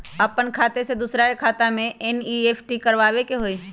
अपन खाते से दूसरा के खाता में एन.ई.एफ.टी करवावे के हई?